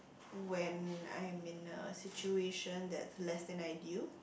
when I am in a situation that's less than ideal